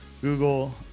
Google